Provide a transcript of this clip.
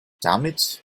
damit